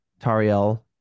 Tariel